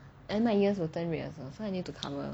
then my ears will turn red also so I need to cover